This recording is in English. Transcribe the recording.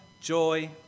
joy